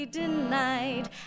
denied